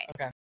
Okay